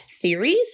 theories